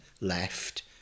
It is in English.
left